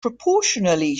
proportionally